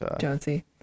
jonesy